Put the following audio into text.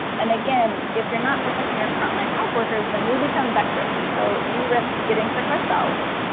and again, if you're not protecting your frontline health workers, then we become vectors. so we risk getting sick ourselves.